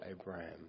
Abraham